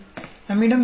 நம்மிடம் இங்கு 5